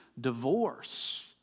divorce